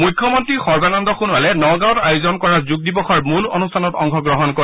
মুখ্যমন্ত্ৰী সৰ্বানন্দ সোণোৱালে নগাঁৱত আয়োজন কৰা যোগদিবসৰ মূল অনুষ্ঠানত অংশগ্ৰহণ কৰিব